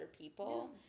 people